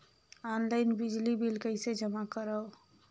Online बिजली bill कइसे जमा करव?